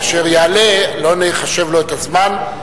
כאשר יעלה לא נחשב לו את הזמן,